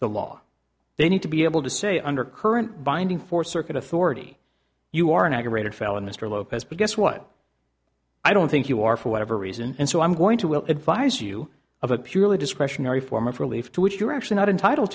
the law they need to be able to say under current binding force circuit authority you are an aggravated felon mr lopez b guess what i don't think you are for whatever reason and so i'm going to will advise you of a purely discretionary form of relief to which you're actually not entitled